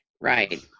Right